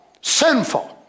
sinful